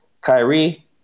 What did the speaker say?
Kyrie